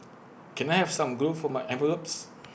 can I have some glue for my envelopes